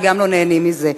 וגם לא נהנים מזה.